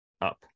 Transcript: up